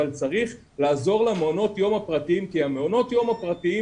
אבל צריך לעזור למעונות היום הפרטיים כי מעונות היום הפרטיים